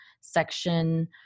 section